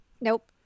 nope